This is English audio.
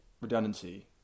redundancy